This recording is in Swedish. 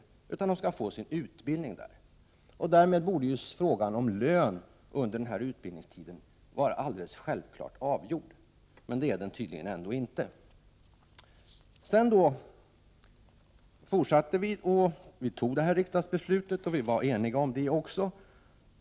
De skall få sin utbildning på arbetsplatsen. Därmed borde frågan om lön under utbildningstiden vara alldeles självklart avgjord. Det är den tydligen ändå inte. Så småningom fattades riksdagsbeslutet, och vi var eniga om beslutet.